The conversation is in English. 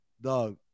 Dog